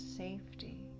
safety